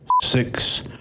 six